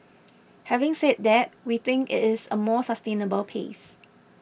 having said that we think it is a more sustainable pace